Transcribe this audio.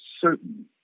certain